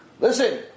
listen